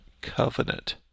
Covenant